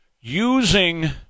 using